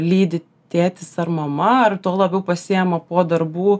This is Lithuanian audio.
lydi tėtis ar mama ar tuo labiau pasiima po darbų